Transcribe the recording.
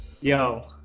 yo